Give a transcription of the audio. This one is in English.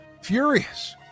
Furious